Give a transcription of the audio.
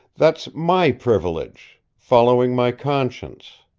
that's my privilege following my conscience.